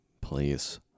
Please